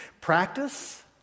Practice